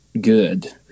good